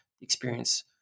experience